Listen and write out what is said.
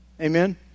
Amen